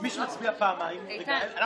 אבל